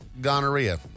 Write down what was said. gonorrhea